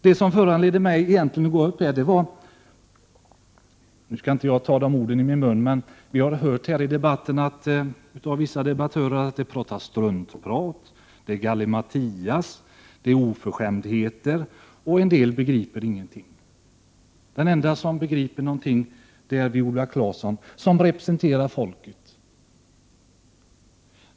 Det som egentligen föranledde mig att gå upp i talarstolen var — nu vill inte jag ta de orden i min mun — det vi har hört av vissa debattörer, nämligen att det pratas strunt, att det är gallimattias, att det är oförskämdheter och att en del inte begriper någonting. Den enda som begriper någonting är Viola Claesson, som representerar folket.